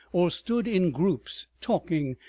or stood in groups talking,